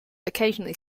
occasionally